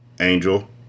Angel